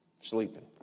Sleeping